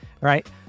right